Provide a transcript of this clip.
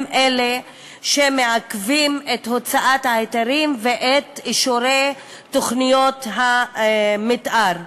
הם אלה שמעכבים את הוצאת ההיתרים ואת אישורי תוכניות המתאר.